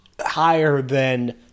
higher-than